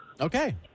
Okay